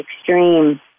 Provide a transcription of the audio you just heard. extreme